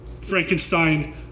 Frankenstein